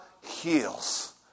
heals